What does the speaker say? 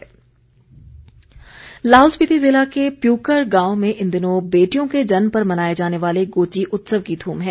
गोची उत्सव लाहौल स्पीति ज़िला के प्यूकर गांव में इन दिनों बेटियों के जन्म पर मनाए जाने वाले गोची उत्सव की धूम है